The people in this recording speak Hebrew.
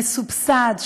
מסובסד,